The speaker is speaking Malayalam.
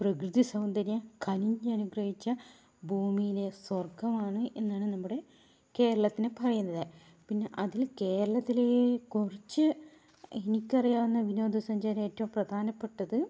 പ്രകൃതി സൗന്ദര്യം കനിഞ്ഞ് അനുഗ്രഹിച്ച ഭൂമിയിലെ സ്വർഗ്ഗമാണ് എന്നാണ് നമ്മുടെ കേരളത്തിനെ പറയുന്നത് പിന്നെ അതിൽ കേരളത്തിലെ കുറച്ച് എനിക്കറിയാവുന്ന വിനോദസഞ്ചാര ഏറ്റവും പ്രധാനപ്പെട്ടത്